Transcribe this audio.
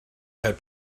had